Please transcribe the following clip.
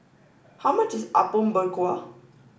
how much is Apom Berkuah